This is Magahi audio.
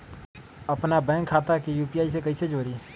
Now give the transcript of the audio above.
अपना बैंक खाता के यू.पी.आई से कईसे जोड़ी?